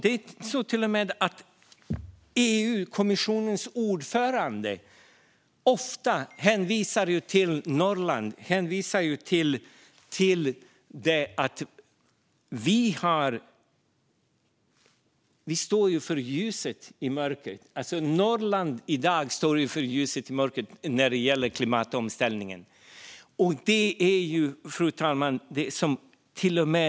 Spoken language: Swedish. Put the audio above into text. Det är till och med så att EU-kommissionens ordförande ofta hänvisar till Norrland som ljuset i mörkret när det gäller klimatomställningen.